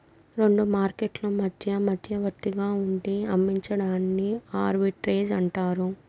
రెండు మార్కెట్లు మధ్య మధ్యవర్తిగా ఉండి అమ్మించడాన్ని ఆర్బిట్రేజ్ అంటారు